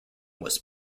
was